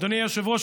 אדוני היושב-ראש,